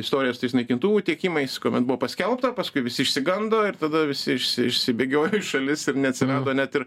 istorijos su tais naikintuvų tiekimais kuomet buvo paskelbta paskui visi išsigando ir tada visi išsi išsibėgiojo į šalis ir neatsimenu net ir